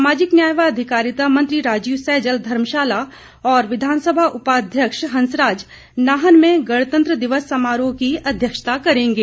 सामाजिक न्याय व अधिकारिता मंत्री राजीव सैजल धर्मशाला और विधानसभा उपाध्यक्ष हंसराज नाहन में गणतंत्र दिवस समारोह की अध्यक्षता करेंगे